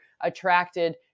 attracted